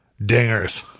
Dingers